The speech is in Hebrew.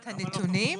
את הנתונים?